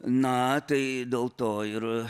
na tai dėl to ir